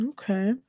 Okay